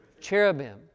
Cherubim